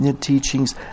teachings